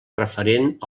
referent